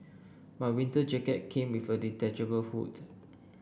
my winter jacket came with a detachable hood